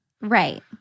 Right